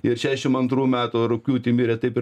ir šešim antrų metų rugpjūtį mirė taip ir